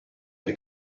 dei